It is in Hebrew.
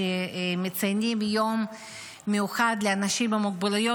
כשמציינים יום מיוחד לאנשים עם מוגבלויות,